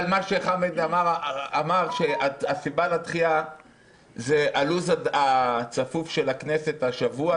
אבל חמד אמר שהסיבה לדחייה זה הלו"ז הצפוף של הכנסת השבוע.